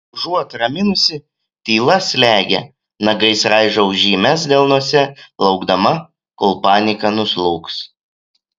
užuot raminusi tyla slegia nagais raižau žymes delnuose laukdama kol panika nuslūgs